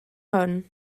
hwn